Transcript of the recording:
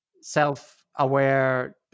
self-aware